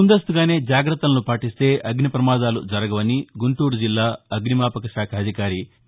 ముందస్తుగానే జాగ్రత్తలను పాటిస్తే అగ్ని ప్రమాదాలు జరగవని గుంటూరు జిల్లా అగ్నిమాపక శాఖ అధికారి వి